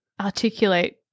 articulate